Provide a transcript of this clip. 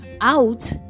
out